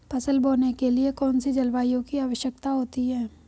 फसल बोने के लिए कौन सी जलवायु की आवश्यकता होती है?